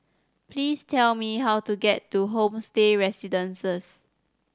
please tell me how to get to Homestay Residences